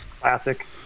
Classic